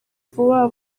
vuba